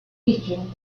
teaching